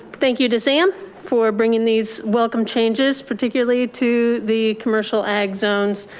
thank you to sam for bringing these welcome changes, particularly to the commercial and zones.